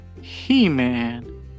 He-Man